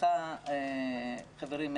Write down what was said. ולך חברי,